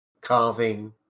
carving